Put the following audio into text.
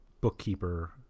bookkeeper